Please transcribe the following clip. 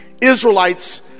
Israelites